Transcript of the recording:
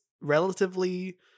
relatively